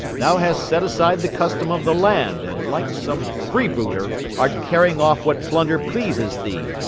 thou hast set aside the custom of the land, and like some freebooter art carrying off what plunder pleases thee,